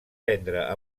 prendre